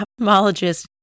ophthalmologist